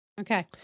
okay